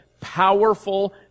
powerful